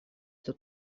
эту